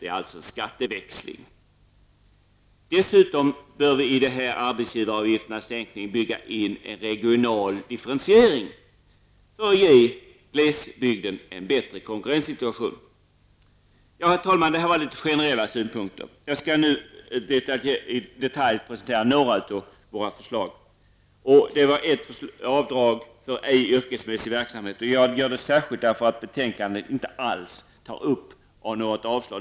Det rör sig alltså om en skatteväxling. Dessutom bör vi vid sänkningen av arbetsgivaravgifterna bygga in en regional differentiering för att ge glesbygden en bättre konkurrenssituation. Herr talman! Detta var några generella synpunkter. Jag skall nu i detalj presentera några av våra förslag. Ett förslag gäller avdrag för ej yrkesmässig verksamhet. Jag tar upp saken, eftersom den inte alls behandlas i betänkandet.